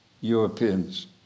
Europeans